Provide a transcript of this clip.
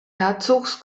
herzogs